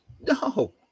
no